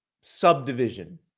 subdivision